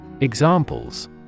Examples